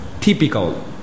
typical